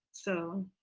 so.